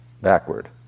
backward